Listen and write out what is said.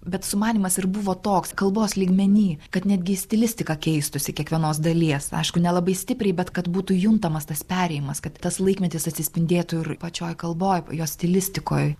bet sumanymas ir buvo toks kalbos lygmeny kad netgi stilistika keistųsi kiekvienos dalies aišku nelabai stipriai bet kad būtų juntamas tas perėjimas kad tas laikmetis atsispindėtų ir pačioj kalboj jos stilistikoj